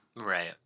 right